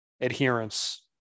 adherence